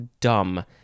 dumb